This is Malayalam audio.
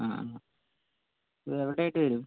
ആ ഇതെവിടെയായിട്ട് വരും